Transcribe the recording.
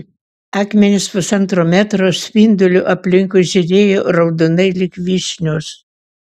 akmenys pusantro metro spinduliu aplinkui žėrėjo raudonai lyg vyšnios